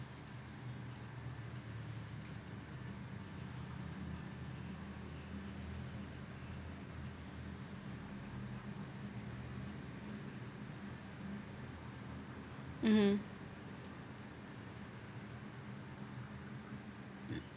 mmhmm